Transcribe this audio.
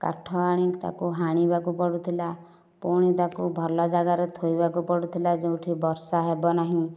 କାଠ ଆଣି ତାକୁ ହାଣିବାକୁ ପଡ଼ୁଥିଲା ପୁଣି ତାକୁ ଭଲ ଜାଗାରେ ଥୋଇବାକୁ ପଡ଼ୁଥିଲା ଯେଉଁଠି ବର୍ଷା ହେବ ନାହିଁ